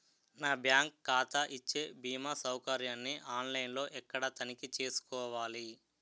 నా బ్యాంకు ఖాతా ఇచ్చే భీమా సౌకర్యాన్ని ఆన్ లైన్ లో ఎక్కడ తనిఖీ చేసుకోవాలి?